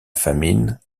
famine